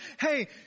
hey